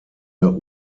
der